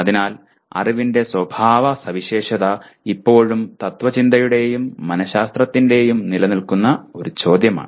അതിനാൽ അറിവിന്റെ സ്വഭാവ സവിശേഷത ഇപ്പോഴും തത്ത്വചിന്തയുടെയും മനശാസ്ത്രത്തിന്റെയും നിലനിൽക്കുന്ന ഒരു ചോദ്യമാണ്